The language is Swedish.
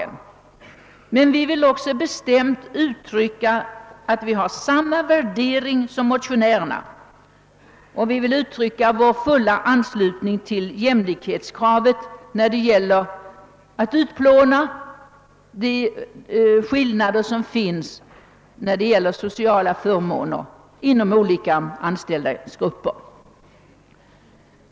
Men vi har också bestämt givit uttryck för att vi har samma värdering som motionärerna, och vi uttalar vår fulla anslutning till jämlikhetskraven när det gäller ett utplånande av de skillnader i sociala förmåner som råder mellan olika grupper.